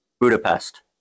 Budapest